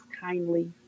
kindly